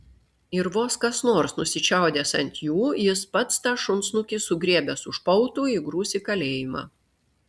ir vos kas nors nusičiaudės ant jų jis pats tą šunsnukį sugriebęs už pautų įgrūs į kalėjimą